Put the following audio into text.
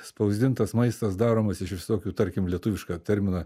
spausdintas maistas daromas iš visokių tarkim lietuvišką terminą